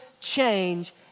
change